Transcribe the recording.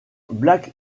blake